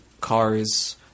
cars